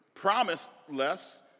promiseless